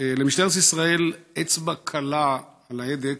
למשטרת ישראל אצבע קלה על ההדק